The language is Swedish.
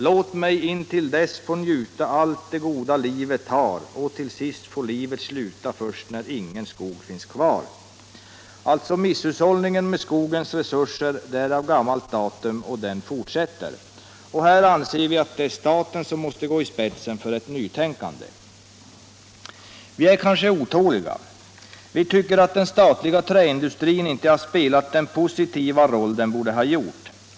Låt mig intill dess få njuta allt det goda livet har och till sist få livet sluta först när ingen skog finns kvar.” Misshushållningen med skogens resurser är alltså av gammalt datum, och den fortsätter. Här anser vi att staten måste gå i spetsen för ett nytänkande. Vi är otåliga. Vi tycker att den statliga träindustrin inte har spelat den positiva roll den borde ha gjort.